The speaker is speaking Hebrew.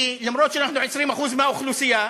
כי אף שאנחנו 20% מהאוכלוסייה,